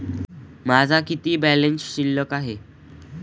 माझा किती बॅलन्स शिल्लक आहे?